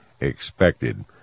expected